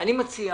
מציע